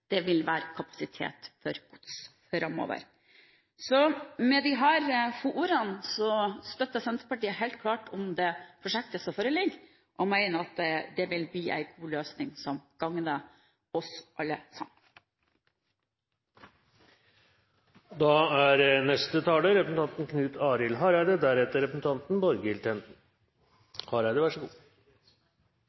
vil være kapasitet for gods framover. Med disse få ordene støtter Senterpartiet helt klart opp om det prosjektet som foreligger, og mener at det vil bli en god løsning, som gagner oss alle